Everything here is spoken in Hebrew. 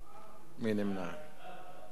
מי נמנע?